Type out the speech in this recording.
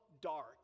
dark